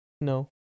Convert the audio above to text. No